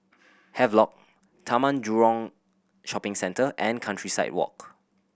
Havelock Taman Jurong Shopping Centre and Countryside Walk